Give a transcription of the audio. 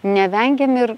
nevengiam ir